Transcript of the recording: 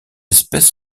espèces